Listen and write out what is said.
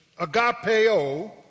agapeo